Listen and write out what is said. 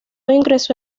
ingresó